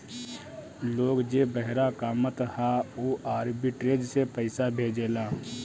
लोग जे बहरा कामत हअ उ आर्बिट्रेज से पईसा भेजेला